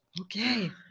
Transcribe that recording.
Okay